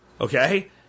okay